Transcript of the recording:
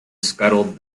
scuttled